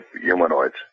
humanoids